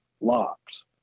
locks